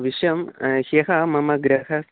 विषयं ह्यः मम गृहे